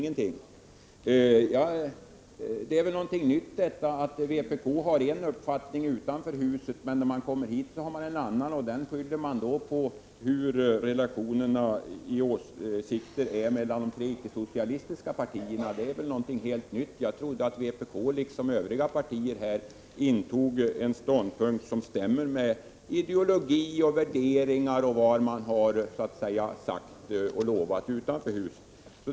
Detta är väl någonting nytt, att vpk har en uppfattning utanför huset, men när man kommer hit har man en annan. Detta skyller man på åsiktsskillnaderna mellan de tre icke-socialistiska partierna. Det är väl någonting helt nytt. Jag trodde att vpk, liksom övriga partier, intog en ståndpunkt som stämmer med ideologier, värderingar och vad man har sagt och lovat utanför huset.